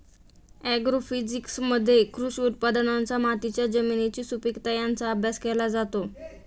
ॲग्रोफिजिक्समध्ये कृषी उत्पादनांचा मातीच्या जमिनीची सुपीकता यांचा अभ्यास केला जातो